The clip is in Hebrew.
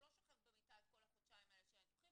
הוא לא שוכב במיטה את כל החודשיים האלה של הניתוחים